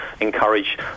encourage